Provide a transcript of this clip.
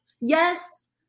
yes